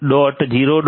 0 S 10